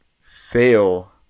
fail